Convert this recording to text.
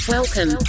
Welcome